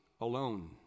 alone